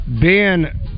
Ben